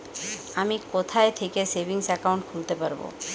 আমি কোথায় থেকে সেভিংস একাউন্ট খুলতে পারবো?